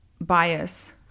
bias